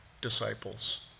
disciples